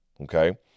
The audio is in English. okay